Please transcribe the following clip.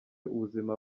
ubuzima